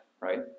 right